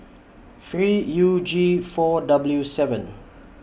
three U G four W seven